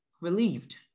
Relieved